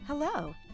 Hello